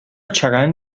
چرند